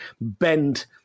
bend